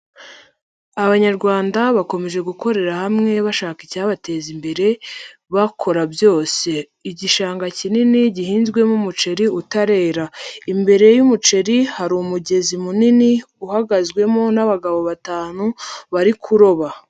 Abanyarwanda bakomeje gukorera hamwe bashaka icyabateza imbere bakora byose, igishanga kinini gihinzwemo umuceri utarera, imbere y'umuceri hari umugezi munini uhagazemo n'abagabo batanu bari kuroba.